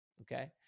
okay